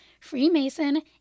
Freemason